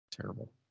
Terrible